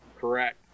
correct